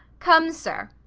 come, sir,